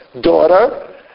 daughter